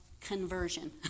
conversion